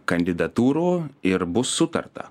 kandidatūrų ir bus sutarta